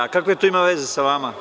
A kakve to ima veze sa vama?